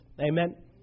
Amen